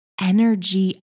energy